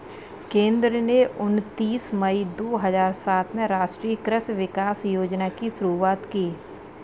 केंद्र ने उनतीस मई दो हजार सात में राष्ट्रीय कृषि विकास योजना की शुरूआत की